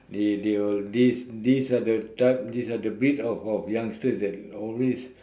they they will this this are type this are the breed of of youngsters that always